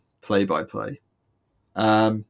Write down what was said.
play-by-play